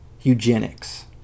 eugenics